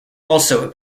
also